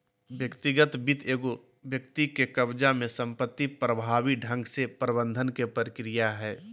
व्यक्तिगत वित्त एगो व्यक्ति के कब्ज़ा में संपत्ति प्रभावी ढंग से प्रबंधन के प्रक्रिया हइ